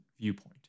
viewpoint